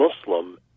Muslim